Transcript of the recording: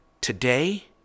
Today